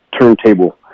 turntable